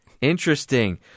Interesting